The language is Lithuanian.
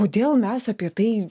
kodėl mes apie tai